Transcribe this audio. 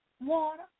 water